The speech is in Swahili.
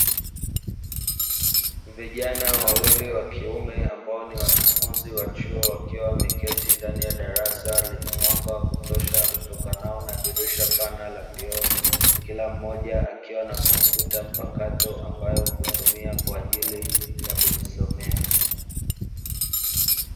Vijana wawili wa kiume ambao ni wanafunzi wa chuo, wakiwa wameketi ndani ya darasa lenye mwanga kutosha utokanao na dirisha pana la vioo. Kila mmoja akiwa na kompyuta mpakato ambayo hutumia kwa ajili ya kujisomea.